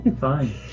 Fine